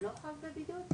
הוא לא חב בבידוד?